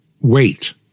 wait